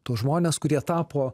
tuos žmones kurie tapo